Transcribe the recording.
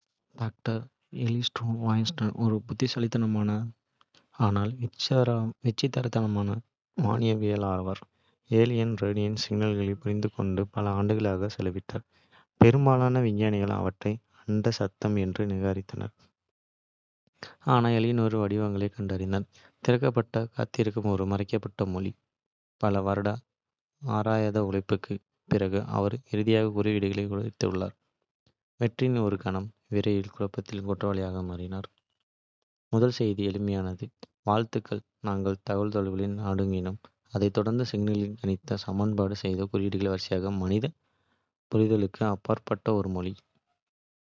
Doctor Eleanor Vance, ஒரு புத்திசாலித்தனமான ஆனால் விசித்திரமான வானியற்பியலாளர், ஏலியன் ரேடியோ சிக்னல்களைப் புரிந்துகொள்வதில் பல ஆண்டுகளாக செலவிட்டார். பெரும்பாலான. விஞ்ஞானிகள் அவற்றை அண்ட சத்தம் என்று நிராகரித்தனர், ஆனால் எலினோர் வடிவங்களைக் கண்டார், திறக்கப்படக் காத்திருக்கும் ஒரு மறைக்கப்பட்ட மொழி. பல வருட அயராத உழைப்புக்குப். பிறகு, அவள் இறுதியாக குறியீட்டை உடைத்தாள், வெற்றியின் ஒரு கணம் விரைவில் குழப்பத்தின் சூறாவளியாக மாறியது. முதல் செய்தி எளிமையானது, வாழ்த்துக்கள். நாங்கள் தகவல்தொடர்பை நாடுகிறோம். அதைத் தொடர்ந்து சிக்கலான கணித சமன்பாடுகள் மற்றும் குறியீடுகளின் வரிசை, மனித புரிதலுக்கு அப்பாற்பட்ட ஒரு மொழி. இருப்பினும், எலினோர் இதை எதிர்பார்த்திருந்தார். அவர் ஒரு உலகளாவிய மொழிபெயர்ப்பாளரை உருவாக்கியிருந்தார், எந்த வகையான தகவல்தொடர்பையும். பகுப்பாய்வு செய்து மொழிபெயர்க்கக்கூடிய ஒரு சாதனம், அதன் தோற்றத்தைப் பொருட்படுத்தாமல்.